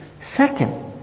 Second